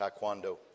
taekwondo